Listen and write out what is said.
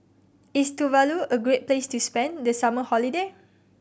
is Tuvalu a great place to spend the summer holiday